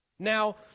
Now